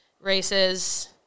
races